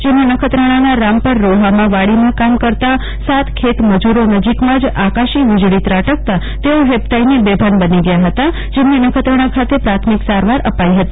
જેમાં નખત્રાણાના રામપર રોહામાં વાડીમાં કામ કરતા ખેતમજીરો નજીકમાં જ આકાશી વીજળી ત્રાટકતા તેઓ હેબતાઈને બેભાન બની ગયા હતા જેમને નખત્રાણા ખાતે પ્રાથમિક સારવાર અપાઈ હતી